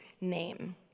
name